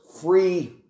Free